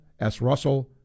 srussell